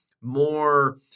more